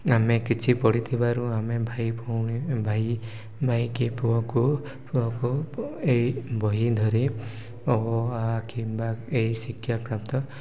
ଆମେ କିଛି ପଢ଼ିଥିବାରୁ ଆମେ ଭାଇ ଭଉଣୀ ଭାଇ ଭାଇକି ପୁଅକୁ ପୁଅକୁ ଏଇ ବହି ଧରି ଅ ଆ କିମ୍ବା ଏଇ ଶିକ୍ଷାପ୍ରାପ୍ତ